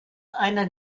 einer